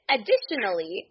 Additionally